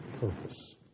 purpose